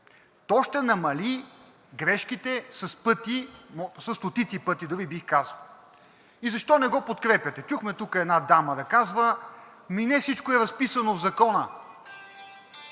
То ще намали грешките със стотици пъти, дори бих казал и защо не го подкрепяте. Чухме тук една дама да казва – ами не всичко е разписано в закона